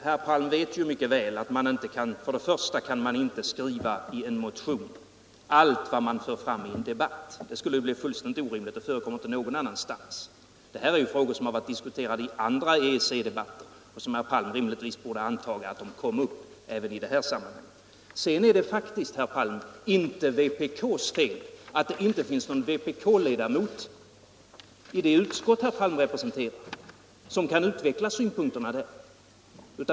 Herr Palm vet mycket väl att man för det första inte i en motion kan skriva in allt som man säger i en debatt. Det skulle vara fullständigt orimligt och förekommer inte någon annanstans. Detta är frågor som har diskuterats i andra EG-debatter, och herr Palm borde rimligtvis ha kunnat anta att de skulle komma upp även i detta sammanhang. För det andra är det faktiskt inte vpk:s fel att det i det utskott som herr Palm tillhör inte finns någon vpk-ledamot, som kan utveckla våra synpunkter där.